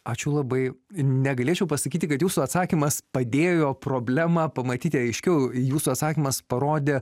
ačiū labai negalėčiau pasakyti kad jūsų atsakymas padėjo problemą pamatyti aiškiau jūsų atsakymas parodė